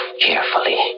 carefully